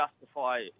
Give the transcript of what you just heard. justify